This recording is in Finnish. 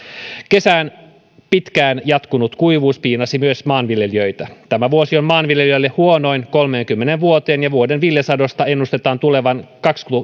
kesän pitkään jatkunut kuivuus piinasi myös maanviljelijöitä tämä vuosi on maanviljelijöille huonoin kolmeenkymmeneen vuoteen ja vuoden viljasadosta ennustetaan tulevan